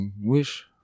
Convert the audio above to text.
wish